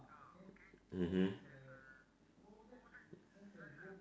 mmhmm